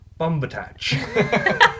Bumbatatch